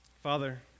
Father